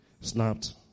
snapped